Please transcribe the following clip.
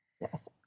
Yes